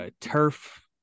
turf